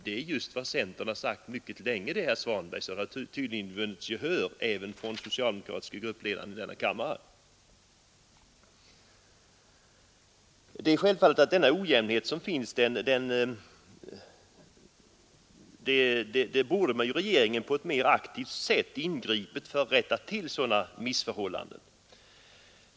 Detta är just vad centern mycket länge har sagt att man skall göra, herr Svanberg. Nu har vi tydligen vunnit gehör för dessa synpunkter även hos den socialdemokratiske gruppledaren i denna kammare. Det är självfallet att regeringen på ett mera aktivt sätt borde ha ingripit för att rätta till missförhållandena när det gäller denna ojämnhet i sysselsättningen.